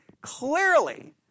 clearly